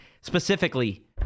specifically